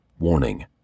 Warning